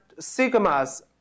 sigmas